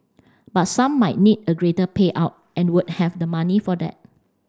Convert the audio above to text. but some might need a greater payout and would have the money for that